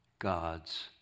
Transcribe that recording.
God's